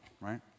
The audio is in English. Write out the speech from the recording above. right